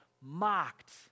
mocked